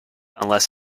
unless